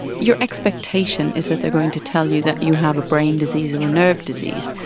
your expectation is that they are going to tell you that you have a brain disease or a nerve disease.